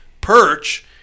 perch